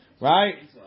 Right